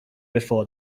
before